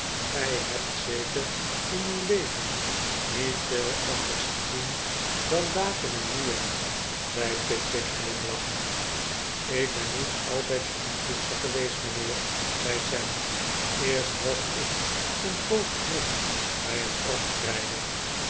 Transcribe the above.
gij hebt zeker in uw leven niet veel anders gezien dan daken en muren zei pickwick glimlachehd ik ben niet altijd schoenpoetser geweest mijnheer zei sam eerst was ik een poos knecht bij een